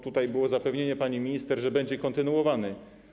Tutaj było zapewnienie pani minister, że będzie kontynuowany.